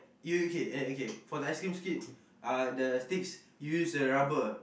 you okay eh okay for the ice cream stick uh the sticks you use the rubber